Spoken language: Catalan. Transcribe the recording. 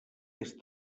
est